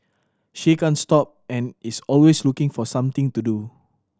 she can't stop and is always looking for something to do